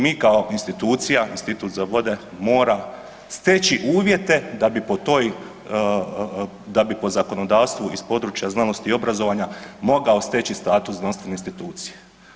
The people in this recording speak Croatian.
Mi kao institucija, Institut za vode, mora steći uvjete da bi po toj, da bi po zakonodavstvu iz područja znanosti i obrazovanja mogao steći status znanstvene institucije.